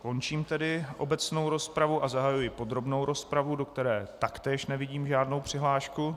Končím tedy obecnou rozpravu a zahajuji podrobnou rozpravu, do které taktéž nevidím žádnou přihlášku.